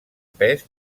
pes